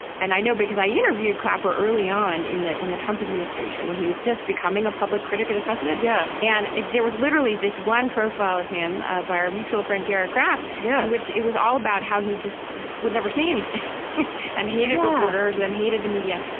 i and i know because i interviewed clapper early on in the in the trump administration when he was just becoming a public critic of the president. yeah and there was literally this one profile of him by our mutual friend paragraph. yeah. which it was all about how he just would never say anything and hated reporters and hated the media.